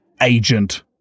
agent